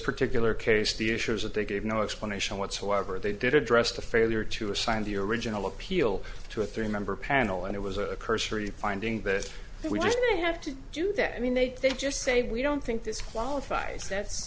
particular case the issue is that they gave no explanation whatsoever they did address the failure to assign the original appeal to a three member panel and it was a cursory finding that we didn't have to do that i mean they they just say we don't think this qualifies